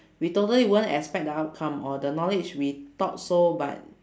we totally won't expect the outcome or the knowledge we thought so but